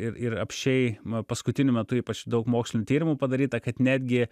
ir ir apsčiai paskutiniu metu ypač daug mokslinių tyrimų padaryta kad netgi